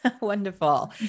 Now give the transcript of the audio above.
Wonderful